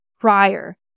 prior